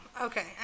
Okay